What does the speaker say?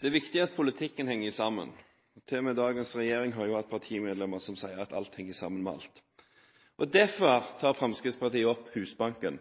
viktig at politikken henger sammen. Til og med dagens regjering har hatt partimedlemmer som sier at alt henger sammen med alt. Derfor tar Fremskrittspartiet opp Husbanken.